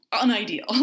unideal